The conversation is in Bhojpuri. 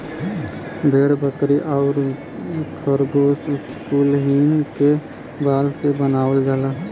भेड़ बकरी आउर खरगोस कुलहीन क बाल से बनावल जाला